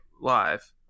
live